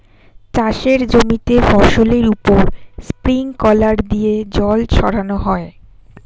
চাষের জমিতে ফসলের উপর স্প্রিংকলার দিয়ে জল ছড়ানো হয়